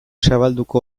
zabalduko